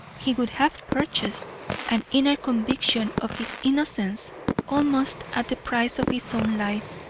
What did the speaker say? he would have purchased an inner conviction of his innocence almost at the price of his own life,